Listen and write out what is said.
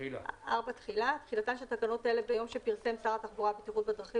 תחילה תחילתן של תקנות אלה ביום שפרסם שר התחבורה והבטיחות בדרכים